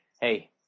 hey